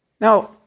Now